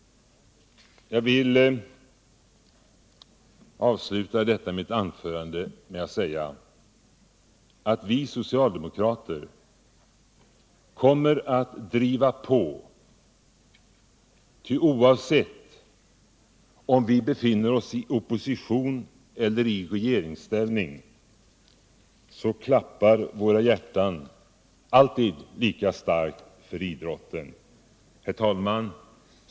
Jag vill avsluta mitt anförande med att säga att vi socialdemokrater kommer att driva på. Oavsett om vi befinner oss i opposition eller i regeringsställning klappar våra hjärtan alltid lika starkt för idrotten. Herr talman!